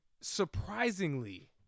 surprisingly